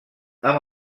amb